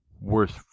worst